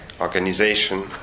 organization